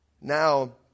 now